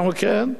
אמרו: כן.